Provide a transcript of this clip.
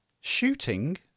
Shooting